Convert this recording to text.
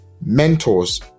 mentors